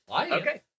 Okay